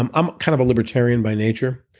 i'm i'm kind of a libertarian by nature,